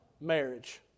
marriage